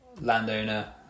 landowner